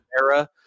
era